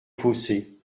fossés